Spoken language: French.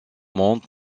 monte